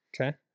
Okay